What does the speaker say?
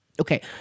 Okay